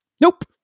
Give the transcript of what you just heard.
Nope